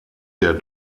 der